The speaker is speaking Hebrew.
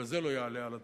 כזה לא יעלה על הדעת,